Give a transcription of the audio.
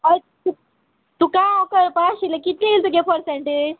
हय तुक तुका कळपा आशिल्लें कितली तुगे पर्संटेज